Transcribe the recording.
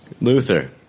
Luther